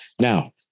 Now